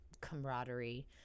camaraderie